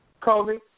Kobe